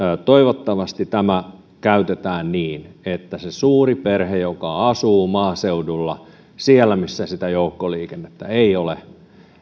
toivottavasti tämä käytetään niin että mahdollistetaan sen suuren perheen joka asuu maaseudulla siellä missä sitä joukkoliikennettä ei ole